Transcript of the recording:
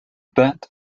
band